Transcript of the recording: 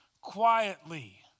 quietly